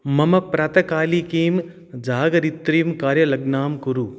मम प्रातःकालिकीं जागरित्रीं कार्यलग्नां कुरु